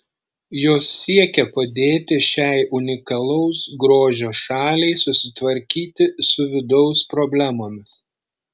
jos siekia padėti šiai unikalaus grožio šaliai susitvarkyti su vidaus problemomis